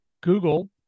google